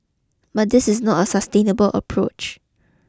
but this is not a sustainable approach